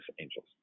Angels